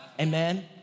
Amen